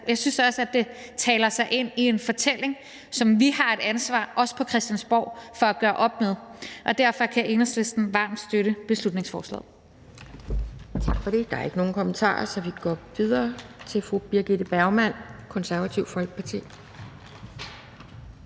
jeg synes også, at det taler sig ind i en fortælling, som vi på Christiansborg har et ansvar for at gøre op med. Derfor kan Enhedslisten varmt støtte beslutningsforslaget.